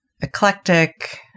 eclectic